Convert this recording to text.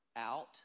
out